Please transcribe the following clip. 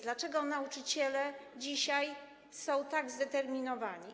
Dlaczego nauczyciele dzisiaj są tak zdeterminowani?